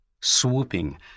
swooping